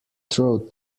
throw